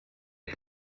rev